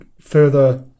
further